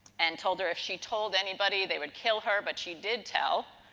and told her if she told anybody they would kill her. but, she did tell.